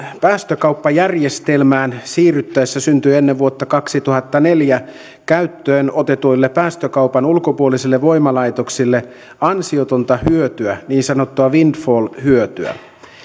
päästökauppajärjestelmään siirryttäessä syntyi ennen vuotta kaksituhattaneljä käyttöön otetuille päästökaupan ulkopuolisille voimalaitoksille ansiotonta hyötyä niin sanottua windfall hyötyä